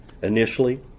initially